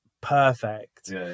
perfect